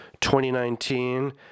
2019